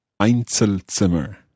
Einzelzimmer